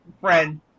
friend